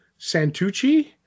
Santucci